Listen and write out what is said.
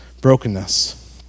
Brokenness